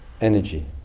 energy